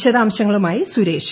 വിശദാംശങ്ങളുമായി സുരേഷ്